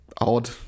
odd